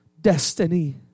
destiny